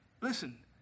listen